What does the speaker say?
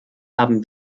haben